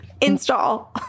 install